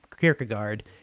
Kierkegaard